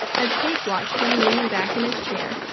as kate watched him leaning back in his chair,